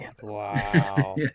Wow